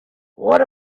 what